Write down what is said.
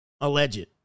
alleged